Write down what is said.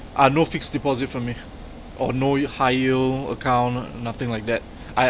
ah no fixed deposit for me or no high yield account nothing like that I